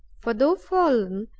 for, though fallen,